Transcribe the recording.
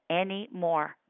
anymore